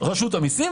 רשות המיסים,